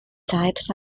types